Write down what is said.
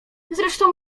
zresztą